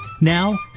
Now